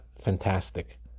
fantastic